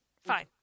Fine